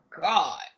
God